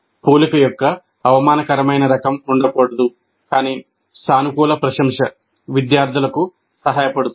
పోలిక యొక్క అవమానకరమైన రకం ఉండకూడదు కానీ సానుకూల ప్రశంస విద్యార్థులకు సహాయపడుతుంది